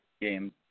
games